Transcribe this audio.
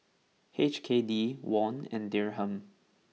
H K D Won and Dirham